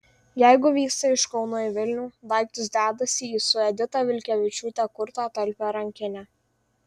jeigu vyksta iš kauno į vilnių daiktus dedasi į su edita vilkevičiūte kurtą talpią rankinę